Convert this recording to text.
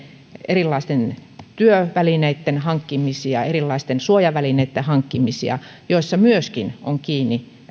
erilaisten työvälineitten hankkimisia erilaisten suojavälineitten hankkimisia joissa myöskin on kiinni